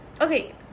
okay